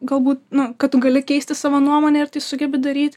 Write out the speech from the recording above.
galbūt nu kad tu gali keisti savo nuomonę ir tai sugebi daryt